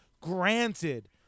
granted